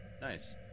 Nice